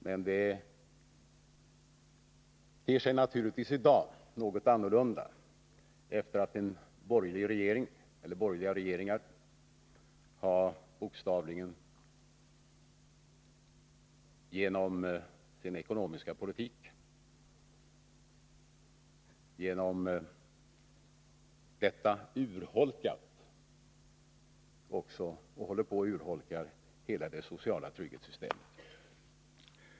Men de ter sig naturligtvis i dag något annorlunda, sedan borgerliga regeringar genom sin ekonomiska politik nu håller på och urholkar hela det sociala trygghetssystemet.